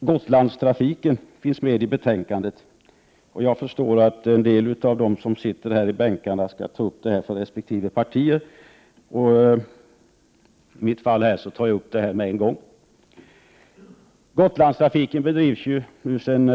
Gotlandstrafiken finns med i betänkandet. Jag förstår att en del av dem som sitter i bänkarna skall ta upp detta för resp. partier. Gotlandstrafiken bedrivs sedan